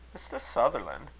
mr. sutherlan',